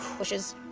which is